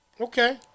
Okay